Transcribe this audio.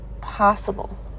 possible